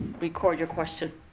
record your question.